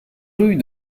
rue